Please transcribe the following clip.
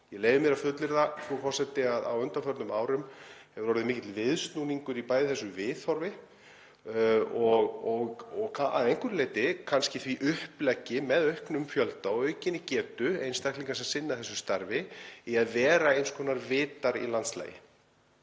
Ég leyfi mér að fullyrða, frú forseti, að á undanförnum árum hefur orðið mikill viðsnúningur á þessu viðhorfi og að einhverju leyti kannski því uppleggi, með auknum fjölda og aukinni getu einstaklinga sem sinna þessu starfi, í að vera eins konar vitar í landslagi.